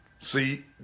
See